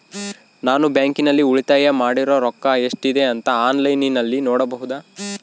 ನಾನು ಬ್ಯಾಂಕಿನಲ್ಲಿ ಉಳಿತಾಯ ಮಾಡಿರೋ ರೊಕ್ಕ ಎಷ್ಟಿದೆ ಅಂತಾ ಆನ್ಲೈನಿನಲ್ಲಿ ನೋಡಬಹುದಾ?